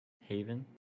Haven